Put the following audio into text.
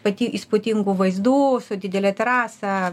pati įspūdingų vaizdų su didele terasa